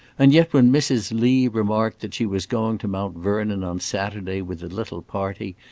and yet when mrs. lee remarked that she was going to mount vernon on saturday with a little party,